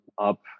up